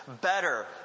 better